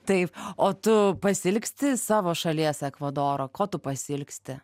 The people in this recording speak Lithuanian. taip o tu pasiilgsti savo šalies ekvadoro ko tu pasiilgsti